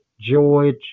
George